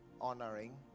honoring